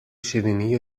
شیرینی